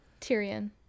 Tyrion